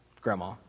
grandma